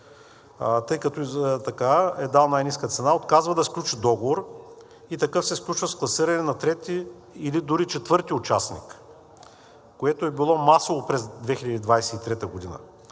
Тъй като е дал най-ниска цена, отказва да сключи договор и такъв се сключва с класиране на трети или дори четвърти участник, което е било масово през 2023 г.